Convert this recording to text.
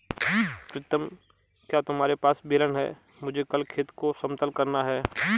प्रीतम क्या तुम्हारे पास बेलन है मुझे कल खेत को समतल करना है?